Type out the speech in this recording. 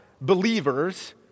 believers